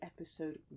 episode